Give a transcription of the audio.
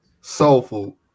soulful